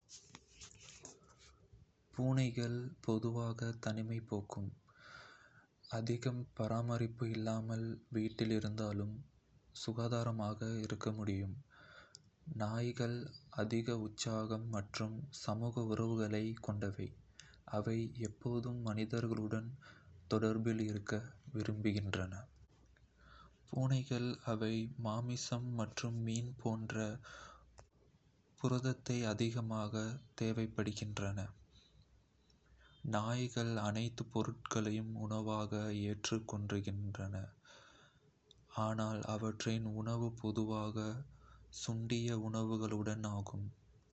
பூனைகள் பொதுவாக தனிமைபோகும், அதிகம் பராமரிப்பு இல்லாமல் வீட்டில் இருந்தாலும் சுகாதாரமாக இருக்க முடியும். நாய்கள் நாய்கள் அதிக உற்சாகம் மற்றும் சமூக உறவுகளைக் கொண்டவை. அவை எப்போதும் மனிதர்களுடன் தொடர்பில் இருக்க விரும்புகின்றன. பூனைகள் அவை மாமிசம் மற்றும் மீன் போன்ற புரதத்தை அதிகமாக தேவைப்படுகின்றன. நாய்கள் நாய்கள் அனைத்துப் பொருட்களையும் உணவாக ஏற்றுக் கொள்கின்றன, ஆனால் அவற்றின் உணவு பொதுவாக சுண்டிய உணவுகளுடன் ஆகும்.